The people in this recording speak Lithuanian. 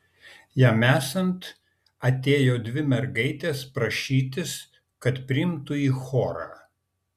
jam esant atėjo dvi mergaitės prašytis kad priimtų į chorą